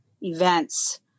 events